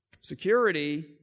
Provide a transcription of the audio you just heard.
Security